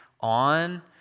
on